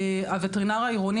הווטרינר העירוני,